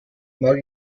mag